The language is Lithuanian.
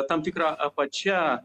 tam tikra apačia